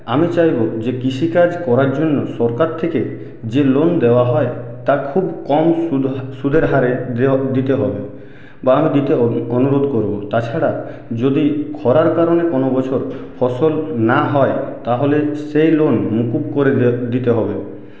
আমি চাইব যে কৃষিকাজ করার জন্য সরকার থেকে যে লোন দেওয়া হয় তার খুব কম সুদা সুদের হারে দেওয়া দিতে হবে বা দিতে অনুরোধ করবো তাছাড়া যদি খরার কারণে কোনও বছর ফসল না হয় তাহলে সেই লোন মুকুব করে দে দিতে হবে